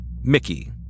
Mickey